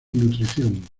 nutrición